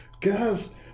Guys